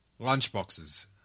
Lunchboxes